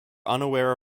unaware